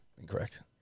Incorrect